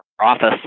office